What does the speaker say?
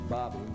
Bobby